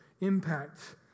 impact